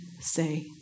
say